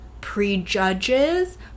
prejudges